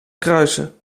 kruisen